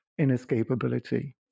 inescapability